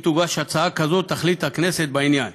אם תוגש הצעה כזאת, תחליט הכנסת בעניין.